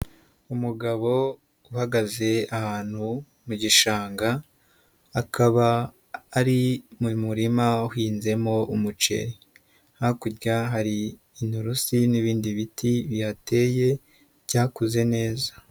Umugabo uhagaze ahantu mu gishanga akaba ari mu murima uhinzemo umuceri, hakurya hari inturusi n'ibindi biti bihateye byakuze neza.